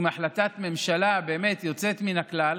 עם החלטת ממשלה באמת יוצאת מן הכלל,